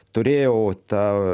turėjau tą